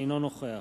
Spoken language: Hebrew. אינו נוכח